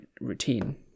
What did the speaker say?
routine